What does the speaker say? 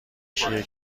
کیه